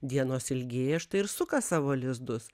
dienos ilgėja štai ir suka savo lizdus